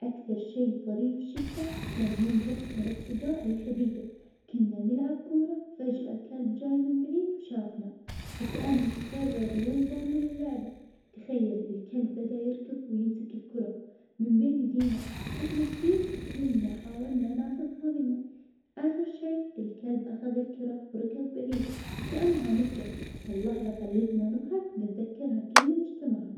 أقدر اتكلم عربي بطبيعة الحال, بالذات اللهجة النجدية السعودية, يا سلام! بعد عندي فكرة عن الإنجليزي, أقدر أفهم وأسولف فيها شوية مو كثير, لذلك حاولت اتعلم أسباني, لكني مو قوي فيها كمان, أحب أسمع لغات مختلفة, واتعلم مهارات, واللغات هذي تثير اهتمامي وتلفت انتباهي بشكل كبير.